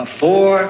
four